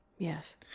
Yes